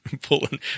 pulling